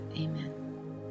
Amen